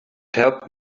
helped